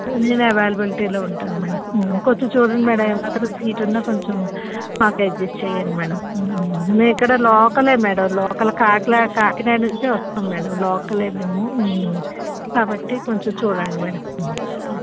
నేను ఎవైలబులిటీలో ఉంటాను మ్యాడమ్ కొంచెం చూడండి మ్యాడమ్ ఏ మాత్రం సీట్ ఉన్నా కొంచెం మాకు అడ్జస్ట్ చెయ్యండి మ్యాడమ్ మేం ఇక్కడ లోకలే మ్యాడమ్ లోకల్ కాకినాడ కాకినాడ నుంచే వస్తాం మ్యాడమ్ లోకలే మేము కాబట్టి కొంచెం చూడండి మ్యాడమ్